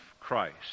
Christ